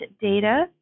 data